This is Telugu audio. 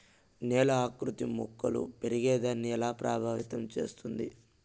నేల ఆకృతి మొక్కలు పెరిగేదాన్ని ఎలా ప్రభావితం చేస్తుంది?